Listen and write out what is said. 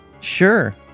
Sure